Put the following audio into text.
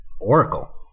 Oracle